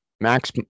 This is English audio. max